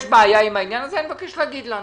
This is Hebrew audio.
אם יש בעיה עם העניין הזה, אני מבקש לומר לנו.